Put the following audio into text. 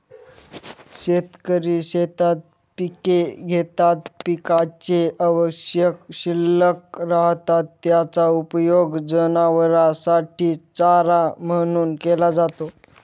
शेतकरी शेतात पिके घेतात, पिकाचे अवशेष शिल्लक राहतात, त्याचा उपयोग जनावरांसाठी चारा म्हणून केला जातो